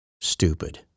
stupid